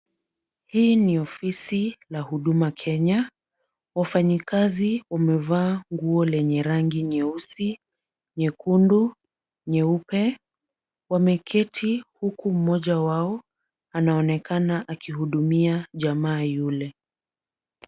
Hii ni ofisi la Huduma Kenya. Wafanyikazi wamevaa nguo lenye rangi nyeusi, nyekundu, nyeupe. Wameketi huku mmoja wao anaonekana akihudumia jamaa yule.